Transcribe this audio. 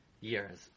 years